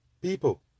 People